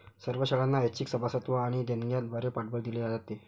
सर्व शाळांना ऐच्छिक सभासदत्व आणि देणग्यांद्वारे पाठबळ दिले जाते